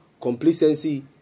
complacency